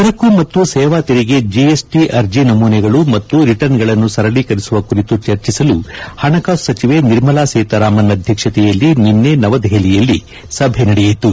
ಸರಕು ಮತ್ತು ಸೇವಾ ತೆರಿಗೆ ಜಿಎಸ್ಟಿ ಅರ್ಜಿ ನಮೂನೆಗಳು ಮತ್ತು ರಿಟರ್ನಗಳನ್ನು ಸರಳೀಕರಿಸುವ ಕುರಿತು ಚರ್ಚಿಸಲು ಹಣಕಾಸು ಸಚಿವೆ ನಿರ್ಮಲಾ ಸೀತಾರಾಮನ್ ಅಧ್ಯಕ್ಷತೆಯಲ್ಲಿ ನಿನ್ನೆ ನವದೆಹಲಿಯಲ್ಲಿ ಸಭೆ ನಡೆಯಿತು